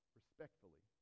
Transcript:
respectfully